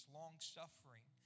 long-suffering